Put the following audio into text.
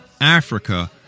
Africa